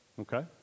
Okay